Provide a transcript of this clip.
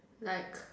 like